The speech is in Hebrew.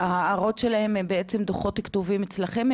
ההערות שלהם הן בעצם דוחות כתובים שקיימים אצלכם?